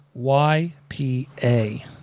YPA